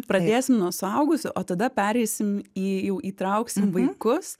pradėsim nuo suaugusių o tada pereisim į jau įtrauksim vaikus